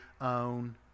own